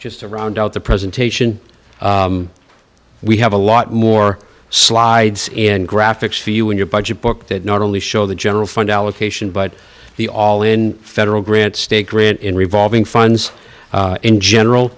just to round out the presentation we have a lot more slides and graphics for you in your budget book that not only show the general fund allocation but the all in federal grant state grant in revolving funds in general